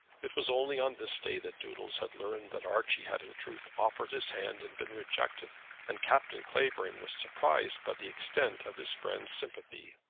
it was only on this day that doodles had learned that archie had in truth offered his hand, and been rejected and captain clavering was surprised by the extent of his friend's sympathy.